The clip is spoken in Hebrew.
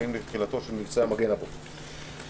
מאז תחילת מבצע מגן אבות ואימהות.